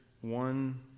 one